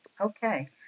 Okay